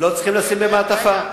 צריכים לשים במעטפה.